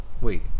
Wait